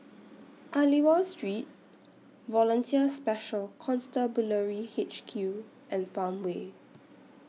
Aliwal Street Volunteer Special Constabulary H Q and Farmway